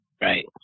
Right